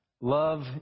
love